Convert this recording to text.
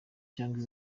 cyangwa